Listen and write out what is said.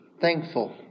thankful